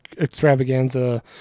Extravaganza